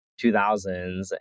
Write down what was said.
2000s